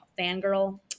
fangirl